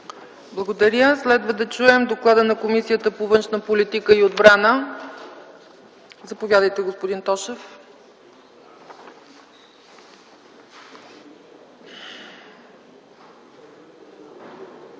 Благодаря. Следва да чуем доклада на Комисията по външна политика и отбрана. Заповядайте, господин Тошев.